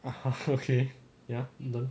ah okay ya don't